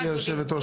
גברתי היושבת ראש,